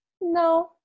No